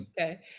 Okay